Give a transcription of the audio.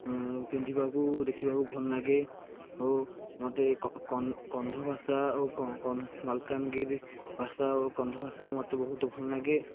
ପିନ୍ଧିବାକୁ ଦେଖିବାକୁ ଭଲ ନାଗେ ଓ ମୋତେ କନ୍ଧ ଭାଷା ଓ ମାଲକାନଗିରି ଭାଷା ଓ କନ୍ଧ ଭାଷାକୁ ମୋତେ ବହୁତ ଭଲ ନାଗେ